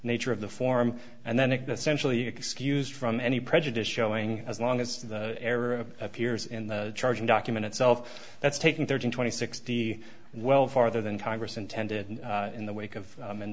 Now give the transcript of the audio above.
nature of the form and then it centrally excused from any prejudice showing as long as the error appears in the charging document itself that's taking thirteen twenty sixty well farther than congress intended and in the wake of